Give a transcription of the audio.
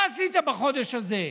מה עשית בחודש הזה?